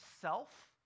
self